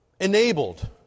enabled